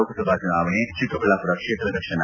ಲೋಕಸಭಾ ಚುನಾವಣೆ ಚೆಕ್ಕಬಳ್ಳಾಮರ ಕ್ಷೇತ್ರ ದರ್ಶನ